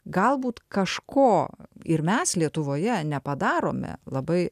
galbūt kažko ir mes lietuvoje nepadarome labai